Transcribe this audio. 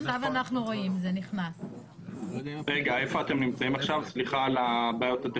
אם מוצע שטח על פסגת החרמון אז סביר